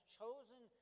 chosen